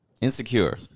Insecure